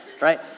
right